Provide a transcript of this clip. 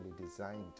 designed